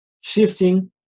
Shifting